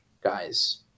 guys